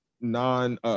non